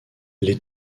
les